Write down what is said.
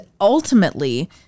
ultimately